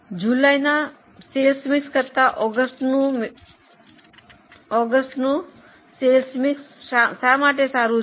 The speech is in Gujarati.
જુલાઈના વેચાણ મિશ્રણ કરતાં ઓગસ્ટનું વેચાણ મિશ્રણ શા માટે સારું છે